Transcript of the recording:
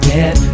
Get